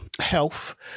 health